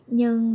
nhưng